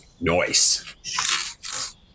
Noise